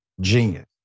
genius